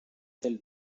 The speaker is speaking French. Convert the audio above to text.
tel